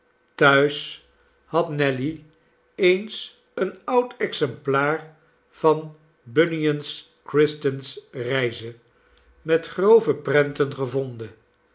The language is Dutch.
thuis had nelly eens een oud exemplaar van bunyan's christens reize met grove prenten gevonden